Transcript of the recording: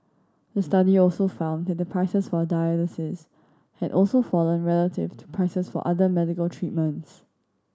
the study also found that the prices for dialysis had also fallen relative to prices for other medical treatments